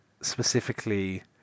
specifically